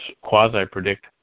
quasi-predict